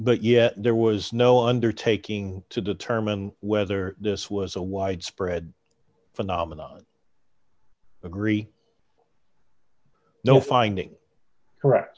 but yet there was no undertaking to determine whether this was a widespread phenomenon agree no finding